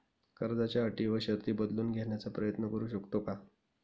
कर्जाच्या अटी व शर्ती बदलून घेण्याचा प्रयत्न करू शकतो का?